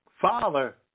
Father